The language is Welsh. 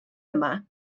yma